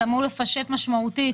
זה אמור לפשט משמעותית